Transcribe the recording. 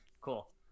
cool